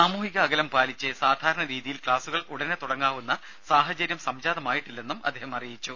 സാമൂഹിക അകലം പാലിച്ച് സാധാരണ രീതിയിൽ ക്ലാസുകൾ ഉടനെ തുടങ്ങാവുന്ന സാഹചര്യം സംജാതമായിട്ടില്ലെന്നും അദ്ദേഹം പറഞ്ഞു